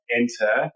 enter